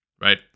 right